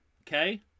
okay